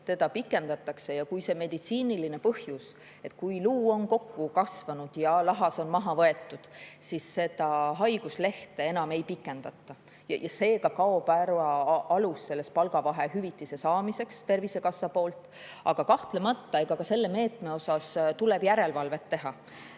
kuu seda pikendatakse, kui on meditsiiniline põhjus. Kui luu on kokku kasvanud ja lahas maha võetud, siis haiguslehte enam ei pikendata. Seega kaob ära alus palgavahe hüvitise saamiseks Tervisekassast. Aga kahtlemata, ka selle meetme puhul tuleb järelevalvet teha.